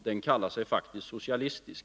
Den kallar sig faktiskt socialistisk.